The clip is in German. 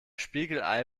spiegelei